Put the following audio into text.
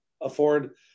afford